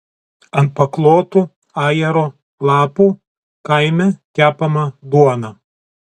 ant paklotų ajero lapų kaime kepama duona